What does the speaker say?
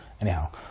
Anyhow